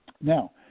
now